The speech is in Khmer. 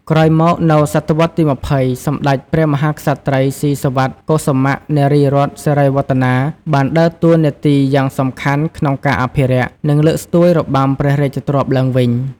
ក្រោយមក នៅសតវត្សទី២០ សម្តេចព្រះមហាក្សត្រី ស៊ីសុវត្ថិ កុសុមៈ នារីរ័ត្នសេរីវឌ្ឍនា បានដើរតួនាទីយ៉ាងសំខាន់ក្នុងការអភិរក្ស និងលើកស្ទួយរបាំព្រះរាជទ្រព្យឡើងវិញ។